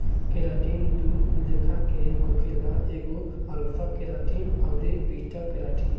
keratin दू लेखा के होखेला एगो अल्फ़ा केराटिन अउरी बीटा केराटिन